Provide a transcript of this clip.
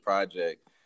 project